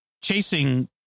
chasing